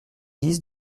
dix